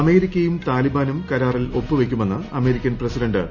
അമേരിക്കയും താലിബാനും കരാറിൽ ഒപ്പുവയ്ക്കുമെന്ന് അമേരിക്കൻ പ്രസിഡന്റ് ഡോണൾഡ് ട്രംപ്